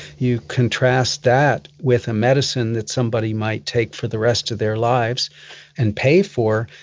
you contrast that with a medicine that somebody might take for the rest of their lives and pay for,